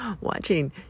watching